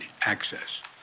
access